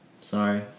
Sorry